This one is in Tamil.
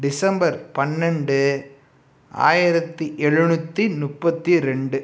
டிசம்பர் பன்னெண்டு ஆயிரத்தி எழுநூற்றி முப்பத்தி ரெண்டு